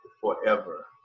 forever